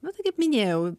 nu tai kaip minėjau